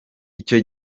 icyo